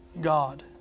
God